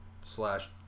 slash